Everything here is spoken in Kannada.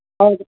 ಹೌದು